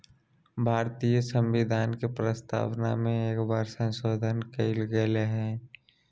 भारतीय संविधान के प्रस्तावना में एक बार संशोधन कइल गेले हइ